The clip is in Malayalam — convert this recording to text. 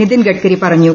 നിതിൻ ഗഡ്കരി പറഞ്ഞു